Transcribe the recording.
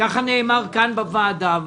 כך נאמר כאן בוועדה.